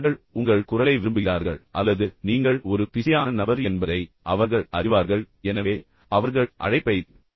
அவர்கள் உங்கள் குரலை விரும்புகிறார்கள் அல்லது நீங்கள் ஒரு பிஸியான நபர் என்பதை அவர்கள் அறிவார்கள் பின்னர் உங்களுடன் பேசுவது அவர்களுக்கு நன்மை பயக்கும் என்பதை அவர்கள் அறிவார்கள்